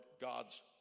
God's